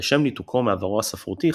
לשם ניתוקו מעברו הספרותי,